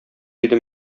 идем